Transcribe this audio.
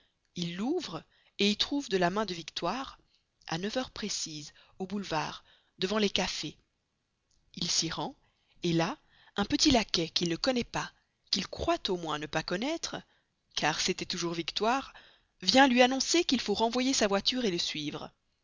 il l'ouvre y trouve de la main de victoire à neuf heures précises au boulevard devant les cafés il s'y rend là un petit laquais qu'il ne connaît pas qu'il croit au moins ne pas connaître car c'était toujours victoire vient lui annoncer qu'il faut renvoyer sa voiture le suivre